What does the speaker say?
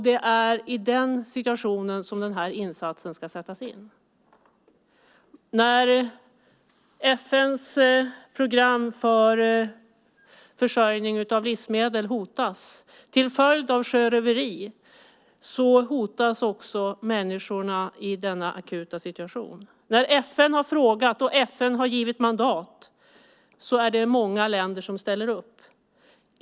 Det är i den situationen som denna insats ska göras. När FN:s program för försörjning av livsmedel hotas till följd av sjöröveri hotas också människorna i denna akuta situation. När FN har frågat och givit mandat ställer många länder upp.